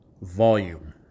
Volume